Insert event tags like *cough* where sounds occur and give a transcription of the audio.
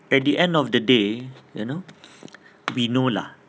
at the end of the day you know *breath* we know lah